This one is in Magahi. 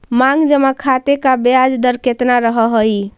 मांग जमा खाते का ब्याज दर केतना रहअ हई